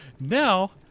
Now